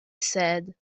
said